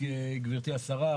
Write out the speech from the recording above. גברתי השרה,